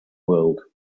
world